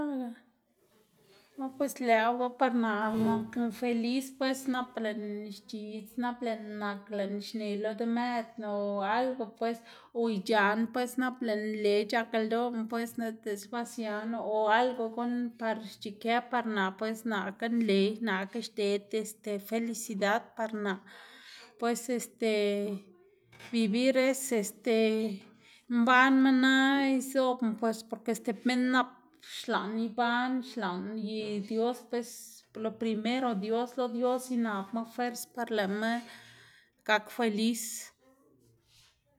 ah pues lëꞌwu ga par naꞌ nakná feliz pues nap lëꞌná xc̲h̲idz nap lëꞌná nak, nap lëꞌná xne lo demeꞌdná, o algo pues o ic̲h̲aꞌna pues nap lëꞌná nle c̲h̲ak ldoná pues, diꞌtse ba sianá o algo guꞌn par xc̲h̲ikë par naꞌ pues naꞌka nle, naꞌka xded este felicidad par naꞌ pues este, vivir es este, mbanma na izobna pues porque stib minn nap xlaꞌn iban xlaꞌn y dios pues lo primero dios lo dios inabma fuerz par lëꞌma gak feliz.